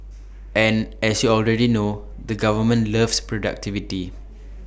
and as you already know the government loves productivity